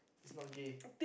it's not gay